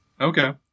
Okay